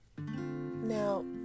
Now